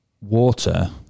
water